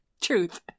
Truth